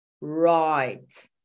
right